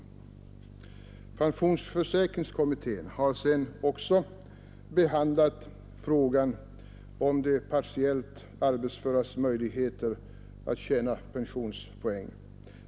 Sedan har också pensionsförsäkringskommittén behandlat frågan om de partiellt arbetsföras möjligheter att tjäna in pensionspoäng.